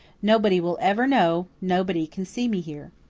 nobody will ever know nobody can see me here.